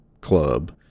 club